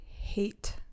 hate